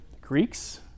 Greeks